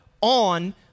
on